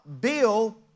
bill